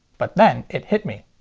but then it hit me.